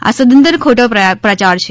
આ સદંતર ખોટો પ્રચાર છે